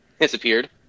disappeared